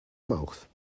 mouth